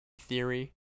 theory